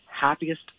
Happiest